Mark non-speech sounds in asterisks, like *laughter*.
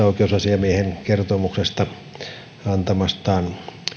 *unintelligible* oikeusasiamiehen kertomuksesta antamastaan